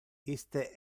iste